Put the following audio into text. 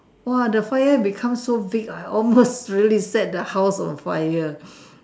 !wah! the fire become so big I almost really set the house on fire